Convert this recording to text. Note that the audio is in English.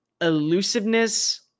elusiveness